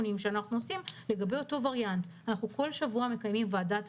לכן אנחנו רואים יותר תחלואה בה.